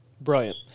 Brilliant